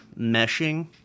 meshing